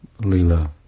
Lila